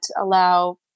allow